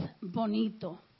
bonito